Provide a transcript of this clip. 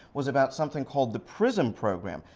was about something called the prism program.